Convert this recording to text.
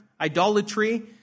idolatry